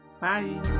bye